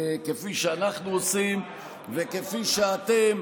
כפי שאנחנו עושים וכפי שאתם